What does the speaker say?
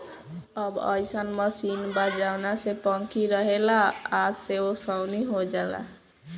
अब अइसन मशीन बा जवना में पंखी रहेला आ ओसे ओसवनी हो जाला